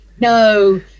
no